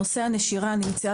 אני חושבת